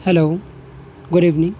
hello good evening